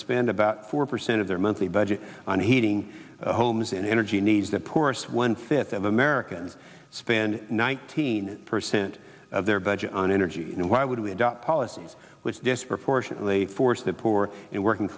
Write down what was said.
spend about four percent of their monthly budget on heating homes and energy needs the poorest one fifth of americans spend nineteen percent of their budget on energy and why would we adopt policies which disproportionately force the poor and working